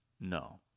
No